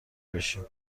بشیم